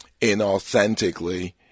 inauthentically